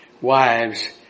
wives